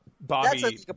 Bobby